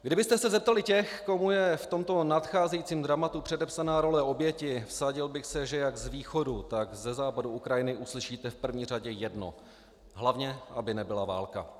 Kdybyste se zeptali těch, komu je v tomto nadcházejícím dramatu předepsána role oběti, vsadil bych se, že jak z východu, tak ze západu Ukrajiny uslyšíte v první řadě jedno: Hlavně aby nebyla válka!